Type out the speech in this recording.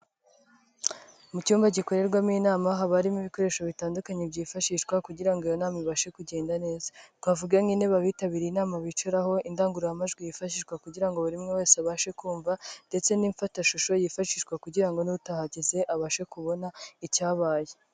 Mu cyumba gikorerwamo inama, haba harimo ibikoresho bitandukanye, byifashishwa kugira ngo iyo nama ibashe kugenda neza, twavuganye nk'intebe abitabiriye inama bicaraho, indangururamajwi yifashishwa kugira ngo buri umwe wese abashe kumva ndetse n'imfatashusho yifashishwa kugira ngon'utahageze abashe kubona icyabaye.